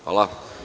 Hvala.